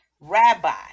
Rabbi